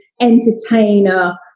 entertainer